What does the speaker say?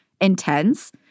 intense